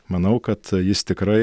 manau kad jis tikrai